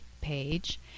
page